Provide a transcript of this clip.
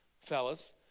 fellas